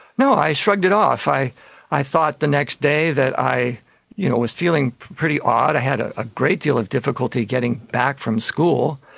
no, i shrugged it off. i i thought the next day that i you know was feeling pretty odd, i had a ah great deal of difficulty getting back from school.